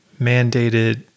mandated